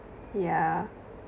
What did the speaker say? yeah